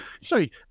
sorry